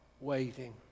waiting